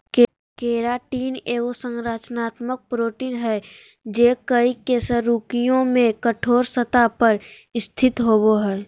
keratin एगो संरचनात्मक protein हइ जे कई कशेरुकियों में कठोर सतह पर स्थित होबो हइ